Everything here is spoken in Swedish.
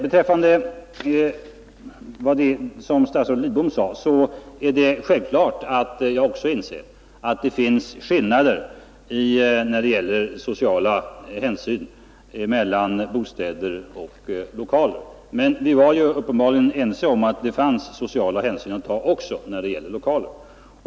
Beträffande det statsrådet Lidbom sade är det självklart att jag också inser att det finns skillnader i sociala hänsyn mellan bostäder och lokaler. Men vi är uppenbarligen ense om att det finns vissa sociala hänsyn att ta också när det gäller lokaler.